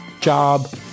job